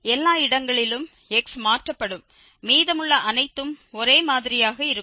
எல்லா இடங்களிலும் x மாற்றப்படும் மீதமுள்ள அனைத்தும் ஒரே மாதிரியாக இருக்கும்